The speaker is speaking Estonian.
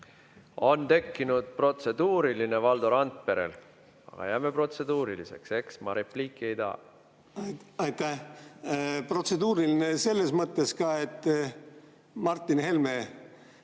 On tekkinud protseduuriline Valdo Randperel. Aga jääme protseduuriliseks, eks. Ma repliiki ei taha. Aitäh! Protseduuriline selles mõttes, et Martin Helme